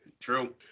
true